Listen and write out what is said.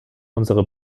unserer